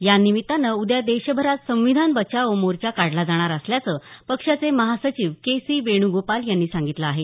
या निमित्तानं उद्या देशभरात संविधान बचाओ मोर्चा काढला जाणार असल्याचं पक्षाचे महासचिव के सी वेणुगोपाल यांनी सांगितलं आहे